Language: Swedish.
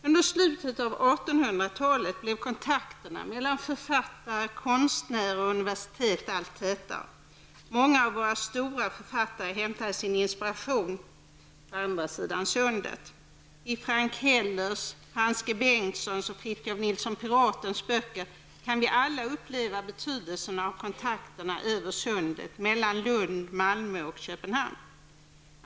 Under slutet av 1800-talet blev kontakterna mellan författare, konstnärer och universitet allt tätare. Många av våra stora författare hämtade sin inspiration på andra sidan sundet. I Frank Hellers, Frans G Bengtssons och Fritiof Nilsson Piratens böcker kan vi alla uppleva betydelsen av kontakterna över sundet mellan Lund/Malmö och Köpenhamn.